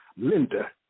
Linda